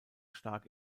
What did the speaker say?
stark